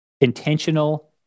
intentional